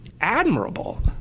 Admirable